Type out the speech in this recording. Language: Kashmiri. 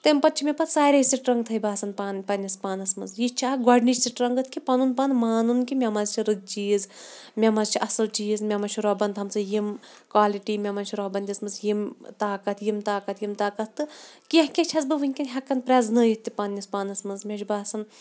تمہِ پَتہٕ چھِ مےٚ پَتہٕ سارے سٕٹرٛنٛگتھَے باسان پانہٕ پنٛنِس پانَس منٛز یہِ چھِ اَکھ گۄڈنِچ سٕٹرٛنٛگٕتھ کہِ پَنُن پان مانُن کہِ مےٚ منٛز چھِ رٔتۍ چیٖز مےٚ منٛز چھِ اَصٕل چیٖز مےٚ منٛز چھُ رۄبَن تھامژٕ یِم کالِٹی مےٚ منٛز چھِ رۄبَن دِژمٕژ یِم طاقت یِم طاقت یِم طاقت تہٕ کیںٛہہ کینٛہہ چھَس بہٕ وٕنۍکٮ۪ن ہٮ۪کان پرٛزنٲیِتھ تہِ پنٛںِس پانَس منٛز مےٚ چھُ باسان